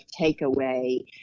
takeaway